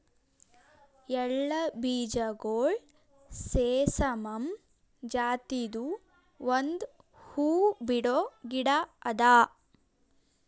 ಎಳ್ಳ ಬೀಜಗೊಳ್ ಸೆಸಾಮಮ್ ಜಾತಿದು ಒಂದ್ ಹೂವು ಬಿಡೋ ಗಿಡ ಅದಾ